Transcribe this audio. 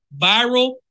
viral